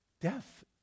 Death